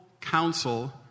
counsel